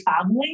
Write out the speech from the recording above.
family